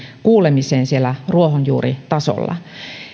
kuulemiseen ruohonjuuritasolla